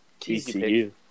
TCU